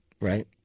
right